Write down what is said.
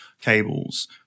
cables